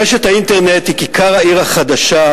רשת האינטרנט היא כיכר העיר החדשה,